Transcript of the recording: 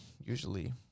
usually